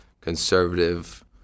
conservative